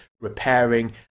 repairing